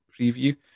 preview